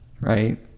right